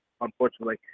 Unfortunately